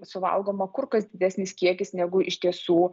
suvalgoma kur kas didesnis kiekis negu iš tiesų